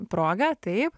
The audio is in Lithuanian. proga taip